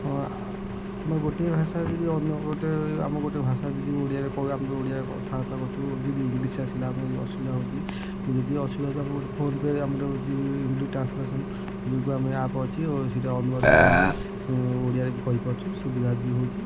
ହଁ ଆମେ ଗୋଟିଏ ଭାଷାରେ ଯଦି ଅନ୍ୟ ଗୋଟେ ଆମେ ଗୋଟେ ଭାଷା ଯଦି ଓଡ଼ିଆରେ କହୁ ଆମକୁ ଓଡ଼ିଆ କଥାବାର୍ତ୍ତା କରୁଛୁ ଯଦି ଇଂଲିଶ୍ ଆସିଲା ଆମେ ଅସୁବିଧା ହେଉଛି ଯଦି ଅସୁଦିଧା ହେଉଛି ଆମର ଗୋଟେ ଫୋନ୍ ପେ ଆମର ଯଦି ଟ୍ରାନ୍ସଲେସନ୍ ଯୋଗୁଁ ଏକ ଆପ୍ ଅଛି ସେଇଠା ଅନୁବାଦନ କଲେ ଓଡ଼ିଆରେ କହି ପାରୁଛୁ ସୁବିଧା ବି ହେଉଛି